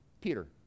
Peter